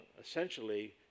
essentially